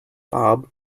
bob